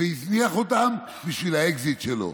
והזניח אותם בשביל האקזיט שלו.